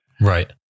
Right